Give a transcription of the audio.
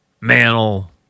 Mantle